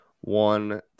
one